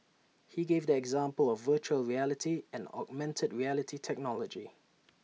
he gave the example of Virtual Reality and augmented reality technology